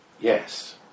Yes